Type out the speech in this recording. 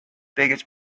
biggest